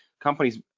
companies